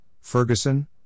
Ferguson